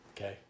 Okay